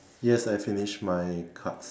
yes I finished my cards